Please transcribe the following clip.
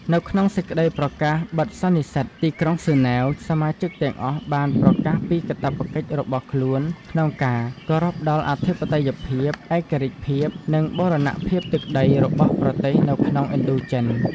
នៅក្នុងសេចក្តីប្រកាសបិទសន្និសីទីក្រុងហ្សឺណែវ សមាជិកទាំងអស់បានប្រកាសពីកាតព្វកិច្ចរបស់ខ្លួនក្នុងការ គោរពដល់អធិបតេយ្យភាព ឯករាជ្យភាព និងបូរណភាពទឹកដី របស់ប្រទេសនៅក្នុងឥណ្ឌូចិន។